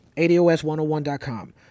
Ados101.com